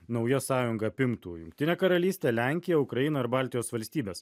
nauja sąjunga apimtų jungtinę karalystę lenkiją ukrainą ir baltijos valstybes